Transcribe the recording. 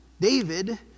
David